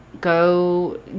go